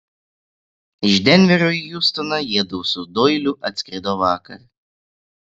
iš denverio į hjustoną jiedu su doiliu atskrido vakar